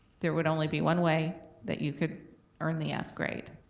there would only be one way that you could earn the f grade.